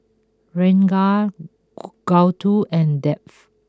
Ranga Gouthu and Dev